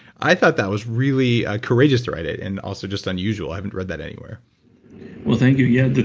i thought that was really courageous to write it and also just unusual, i haven't read that anywhere well thank you. yeah,